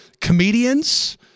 comedians